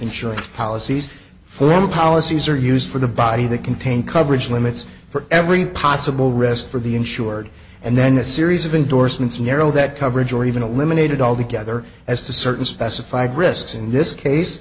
insurance policies for policies are used for the body that contain coverage limits for every possible risk for the insured and then a series of endorsements narrow that coverage or even a limited altogether as to certain specified risks in this case